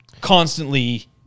constantly